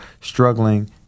struggling